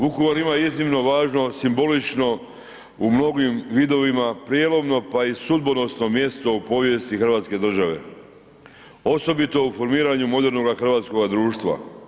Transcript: Vukovar ima iznimno važno simbolično u mnogim vidovima prijelomno, pa i sudbonosno mjesto u povijesti hrvatske države, osobito u formiranju modernoga hrvatskoga društva.